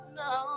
no